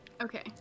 Okay